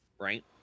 right